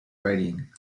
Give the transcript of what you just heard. writing